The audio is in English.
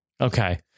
okay